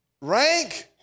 Rank